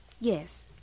Yes